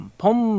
pom